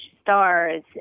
stars